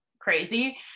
crazy